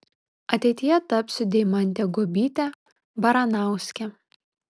ateityje tapsiu deimante guobyte baranauske